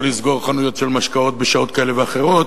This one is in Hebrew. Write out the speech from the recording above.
או לסגור חנויות של משקאות בשעות כאלה ואחרות.